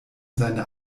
seine